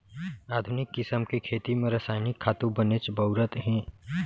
आधुनिक किसम के खेती म रसायनिक खातू बनेच बउरत हें